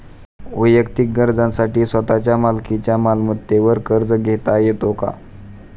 वैयक्तिक गरजांसाठी स्वतःच्या मालकीच्या मालमत्तेवर कर्ज घेता येतो का?